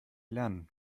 lernen